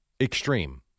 Extreme